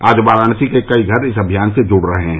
आज वाराणसी के कई घर इस अभियान से जुड़ रहे हैं